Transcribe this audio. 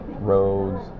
roads